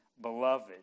beloved